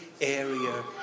area